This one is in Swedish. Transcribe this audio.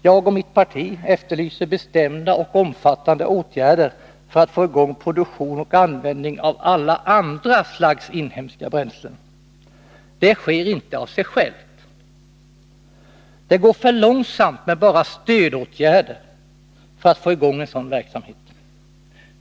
Jag och mitt parti efterlyser bestämda och omfattande åtgärder för att få i gång produktion och användning av alla andra slags inhemska bränslen. Det sker inte av sig självt. Det går för långsamt med bara stödåtgärder att få i gång en sådan verksamhet.